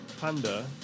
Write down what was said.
panda